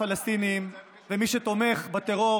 הפלסטינים ומי שתומך בטרור,